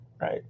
Right